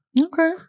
Okay